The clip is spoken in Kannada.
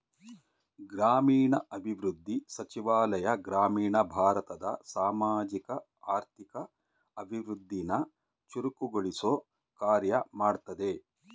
ಗ್ರಾಮೀಣಾಭಿವೃದ್ಧಿ ಸಚಿವಾಲಯ ಗ್ರಾಮೀಣ ಭಾರತದ ಸಾಮಾಜಿಕ ಆರ್ಥಿಕ ಅಭಿವೃದ್ಧಿನ ಚುರುಕುಗೊಳಿಸೊ ಕಾರ್ಯ ಮಾಡ್ತದೆ